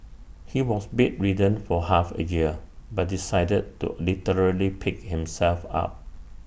he was bedridden for half A year but decided to literally pick himself up